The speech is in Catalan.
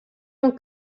amb